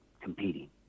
competing